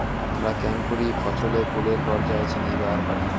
হামরা কেঙকরি ফছলে ফুলের পর্যায় চিনিবার পারি?